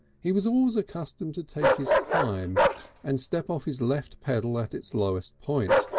he was always accustomed to take his time and step off his left pedal at its lowest point,